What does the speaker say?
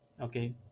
okay